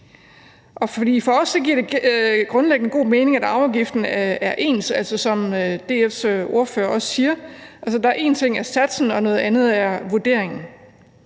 For os giver det grundlæggende god mening, at arveafgiften er ens, som DF's ordfører også siger. Altså, en ting er satsen, noget andet er vurderingen.